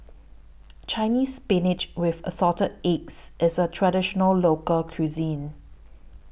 Chinese Spinach with Assorted Eggs IS A Traditional Local Cuisine